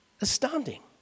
Astounding